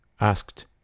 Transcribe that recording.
asked